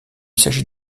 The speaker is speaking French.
s’agit